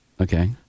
Okay